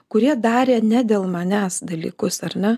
kurie darė ne dėl manęs dalykus ar ne